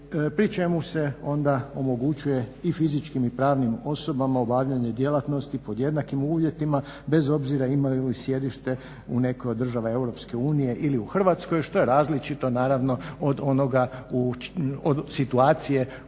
pri čemu se onda omogućuje i fizičkim i pravnim osobama obavljanje djelatnosti pod jednakim uvjetima bez obzira imaju li sjedište u nekoj od država EU ili u Hrvatskoj što je različito naravno od onoga, od